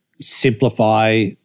simplify